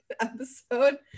episode